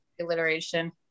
alliteration